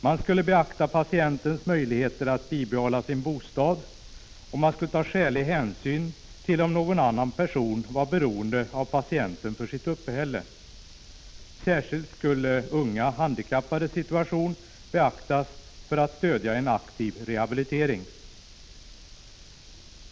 Man skulle fästa avseende vid patientens möjligheter att behålla sin bostad, och skälig hänsyn skulle tas till om någon annan person var beroende av patienten för sitt uppehälle. Särskilt skulle man beakta unga handikappades situation för att stödja en aktiv rehabilitering.